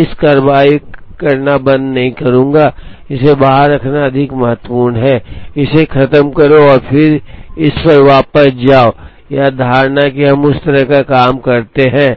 मैं इस पर कार्रवाई करना बंद नहीं करूंगा इसे बाहर रखना अधिक महत्वपूर्ण है इसे खत्म करो और फिर इस पर वापस जाओ यह धारणा कि हम उस तरह का काम करते हैं